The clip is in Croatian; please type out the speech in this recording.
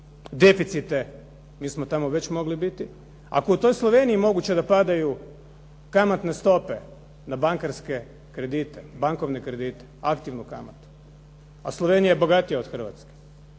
deficite mi smo tamo već mogli biti. Ako je u toj Sloveniji moguće da padaju kamatne stope na bankovne kredite, aktivnu kamatu a Slovenija je bogatija od Hrvatske